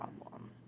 problem